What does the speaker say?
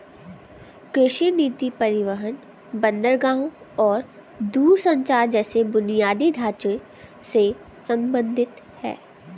कृषि नीति परिवहन, बंदरगाहों और दूरसंचार जैसे बुनियादी ढांचे से संबंधित है